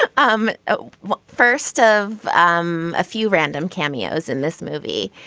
ah um ah first of um a few random cameos in this movie.